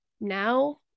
now